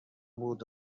بوده